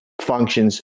functions